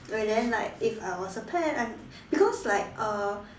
okay then like if I was a pet I'm because like uh